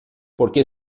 porque